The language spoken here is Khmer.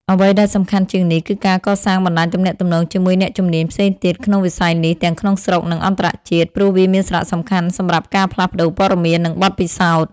អ្វីដែលសំខាន់ជាងនេះ គឺការកសាងបណ្តាញទំនាក់ទំនងជាមួយអ្នកជំនាញផ្សេងទៀតក្នុងវិស័យនេះ ទាំងក្នុងស្រុក និងអន្តរជាតិ ព្រោះវាមានសារៈសំខាន់សម្រាប់ការផ្លាស់ប្តូរព័ត៌មាន និងបទពិសោធន៍។